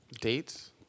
dates